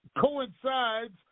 coincides